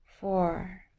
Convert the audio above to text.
Four